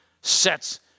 sets